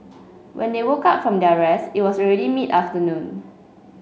when they woke up from their rest it was already mid afternoon